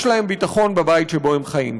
יש להם ביטחון בבית שבו הם חיים.